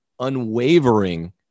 unwavering